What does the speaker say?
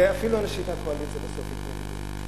ואפילו אנשים מהקואליציה בסוף התנגדו.